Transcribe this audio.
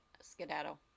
Skedaddle